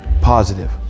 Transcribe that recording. positive